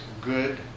good